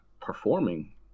performing